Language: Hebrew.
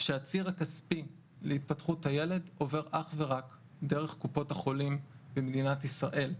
שהציר הכספי להתפתחות הילד עובר אך ורק דרך קופות החולים במדינת ישראל.